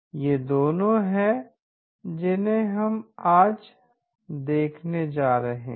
ये दोनों हैं जिन्हें हम आज देखने जा रहे हैं